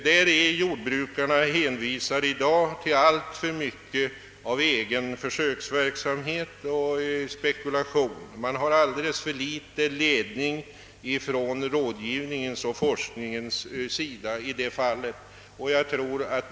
Där är jordbrukarna i alltför hög grad hänvisade till egen försöksverksamhet. De får alldeles för litet ledning från rådgivningens och forskningens sida.